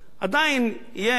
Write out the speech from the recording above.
עדיין יהיה,